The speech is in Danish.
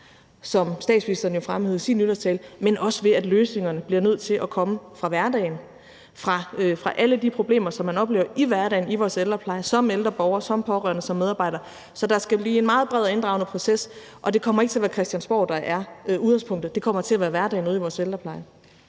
statsministeren jo fremhævede i sin nytårstale, dels ved at løsningerne bliver nødt til at udspringe af hverdagen, af alle de problemer, som man som ældre borger, som pårørende og som medarbejder oplever i hverdagen i vores ældrepleje. Så der skal være en meget bred og inddragende proces, og det kommer ikke til at være Christiansborg, der er udgangspunktet. Det kommer til at være hverdagen ude i vores ældrepleje.